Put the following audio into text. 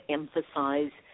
emphasize